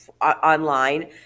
online